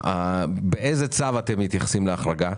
באיזה צו אתם מתייחסים להחרגה?